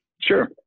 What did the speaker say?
Sure